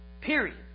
Period